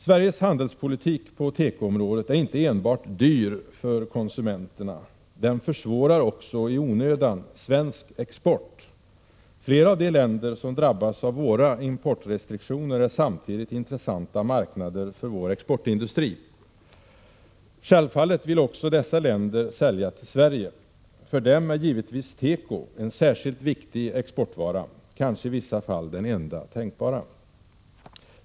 Sveriges handelspolitik på tekoområdet är inte enbart dyr för konsumenterna utan den försvårar också i onödan svensk export. Flera av de länder som drabbas av våra importrestriktioner är samtidigt intressanta marknader för vår exportindustri. Självfallet vill också dessa länder sälja till Sverige. För dem är givetvis teko en särskilt viktig exportvara — kanske i vissa fall den enda tänkbara.